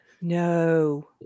No